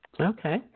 Okay